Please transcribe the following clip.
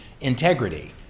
integrity